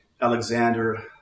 Alexander